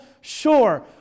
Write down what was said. Sure